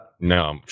No